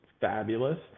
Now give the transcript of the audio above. fabulous